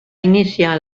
iniciar